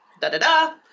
Da-da-da